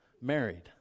married